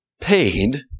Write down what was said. paid